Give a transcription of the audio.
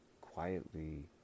quietly